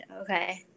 okay